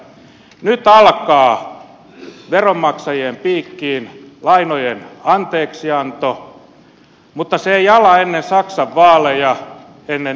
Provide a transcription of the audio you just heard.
nyt alkaa veronmaksajien piikkiin lainojen anteeksianto mutta se ei ala ennen saksan vaaleja ennen ensi syksyä